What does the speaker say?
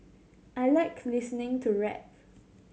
I like listening to rap